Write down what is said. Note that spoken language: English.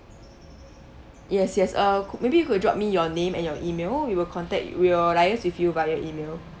yes yes uh maybe you could drop me your name and your E-mail we will contact we will liaise with you via E-mail